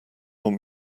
want